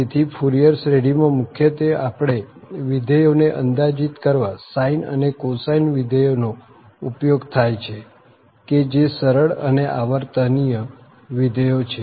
તેથી ફુરિયર શ્રેઢીમાં મુખ્યત્વે આપણે વિધેયોને અંદાજિત કરવા sine અને cosine વિધેયોનો ઉપયોગ થાય છે કે જે સરળ અને આવર્તનીય વિધેયો છે